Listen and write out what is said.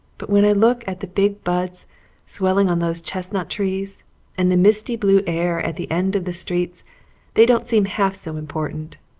but when i look at the big buds swelling on those chestnut trees and the misty blue air at the end of the streets they don't seem half so important.